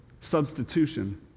Substitution